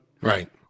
Right